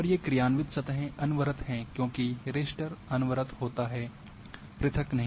और ये क्रियान्वित सतहें अनवरत है क्योंकि रास्टर अनवरत होता है पृथक नहीं